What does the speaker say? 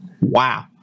Wow